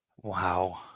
Wow